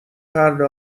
پرده